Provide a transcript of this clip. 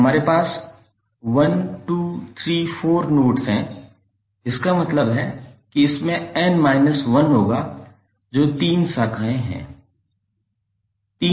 तो हमारे पास 1234 नोड्स हैं इसका मतलब है कि इसमें n 1 होगा जो तीन शाखाएं हैं